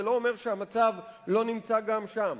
זה לא אומר שהמצב לא נמצא גם שם.